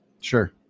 sure